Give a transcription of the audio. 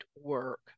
work